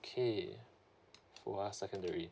okay fu hwa secondary